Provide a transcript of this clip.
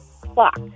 Clock